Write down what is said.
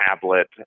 tablet